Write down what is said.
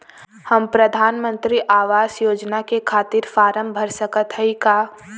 हम प्रधान मंत्री आवास योजना के खातिर फारम भर सकत हयी का?